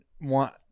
want